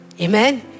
Amen